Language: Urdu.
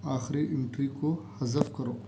آخری انٹری کو حدف کرو